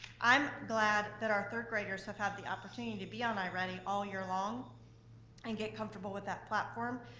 i'm glad that our third graders have had the opportunity to be on i-ready all year long and get comfortable with that platform,